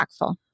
impactful